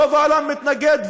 רוב העולם מתנגד,